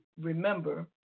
remember